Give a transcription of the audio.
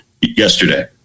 yesterday